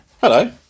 Hello